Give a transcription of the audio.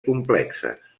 complexes